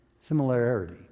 similarity